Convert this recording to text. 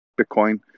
Bitcoin